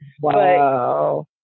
Wow